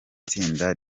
tsinda